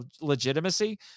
legitimacy